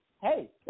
hey